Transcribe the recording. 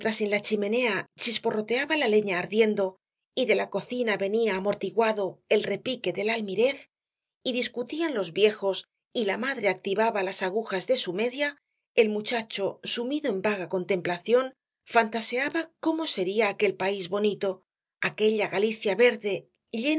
en la chimenea chisporroteaba la leña ardiendo y de la cocina venía amortiguado el repique del almirez y discutían los viejos y la madre activaba las agujas de su media el muchacho sumido en vaga contemplación fantaseaba cómo sería aquel país bonito aquella galicia verde